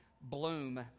bloom